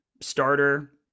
starter